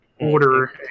order